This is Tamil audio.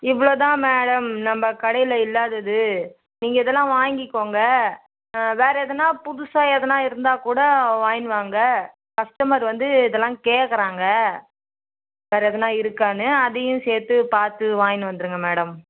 இவ்வளோ தான் மேடம் நம்ம கடையில் இல்லாதது நீங்கள் இதெல்லாம் வாங்கிக்கோங்க வேறு எதனால் புதுசாக எதனால் இருந்தால்க் கூட வாங்கினு வாங்க கஸ்டமர் வந்து இதெல்லாம் கேட்கறாங்க வேறு எதனால் இருக்கான்னு அதையும் சேர்த்து பார்த்து வாங்கினு வந்துடுங்க மேடம்